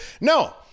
no